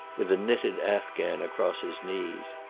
with a knitted afghan across his knees.